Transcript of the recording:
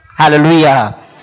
hallelujah